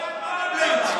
מי מינה את מנדלבליט?